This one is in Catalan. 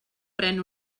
pren